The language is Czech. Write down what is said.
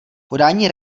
podání